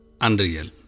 Unreal